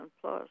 Plus